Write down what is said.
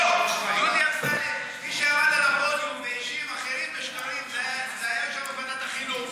מי שעמד על הפודיום והאשים אחרים בשקרים זה היה יושב-ראש ועדת החינוך,